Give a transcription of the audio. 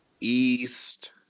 East